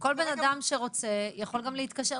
כל בן אדם שרוצה יכול גם להתקשר.